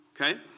Okay